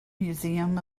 museum